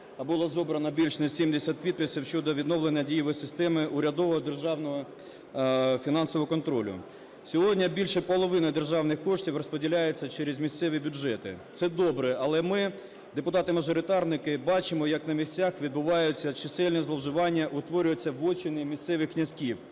Було зібрано більш ніж 70 підписів щодо відновлення дієвої системи урядового державного фінансового контролю. Сьогодні більше половини державних коштів розподіляються через місцеві бюджети. Це добре, але ми, депутати-мажоритарники, бачимо як на місцях відбуваються чисельні зловживання, утворюються вотчини місцевих князьків.